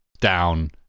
down